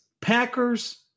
Packers